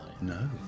no